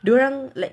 dorang like